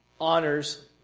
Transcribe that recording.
honors